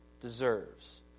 deserves